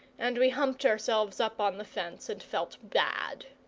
and we humped ourselves up on the fence and felt bad.